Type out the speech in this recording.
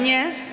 Nie?